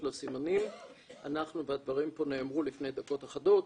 לה סימנים והדברים פה נאמרו לפני דקות אחדות,